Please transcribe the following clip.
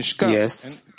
Yes